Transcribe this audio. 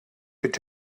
could